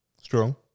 Strong